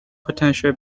potential